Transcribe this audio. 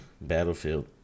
Battlefield